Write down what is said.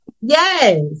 Yes